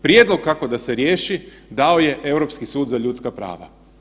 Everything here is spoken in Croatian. Prijedlog kako da se riješi, dao je Europski sud za ljudska prava.